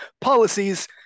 policies